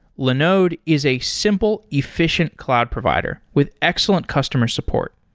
linode is a simple, efficient cloud provider with excellent customer support.